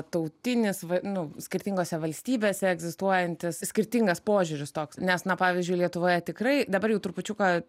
tautinis va nu skirtingose valstybėse egzistuojantis skirtingas požiūris toks nes na pavyzdžiui lietuvoje tikrai dabar jau trupučiuką